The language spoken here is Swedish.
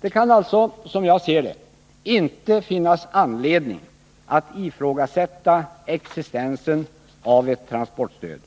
Det kan alltså, som jag ser det, inte finnas anledning att ifrågasätta existensen av ett transportstöd.